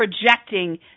projecting